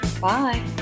Bye